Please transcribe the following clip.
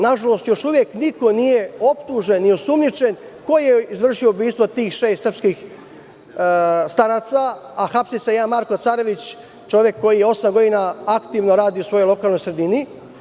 Nažalost, još uvek niko nije optužen ni osumnjičen ko je izvršio ubistva tih šest srpskih staraca, a hapsi se jedan Marko Carević, čovek koji osam godina aktivno radi u svojoj lokalnoj sredini.